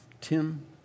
Tim